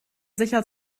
sicher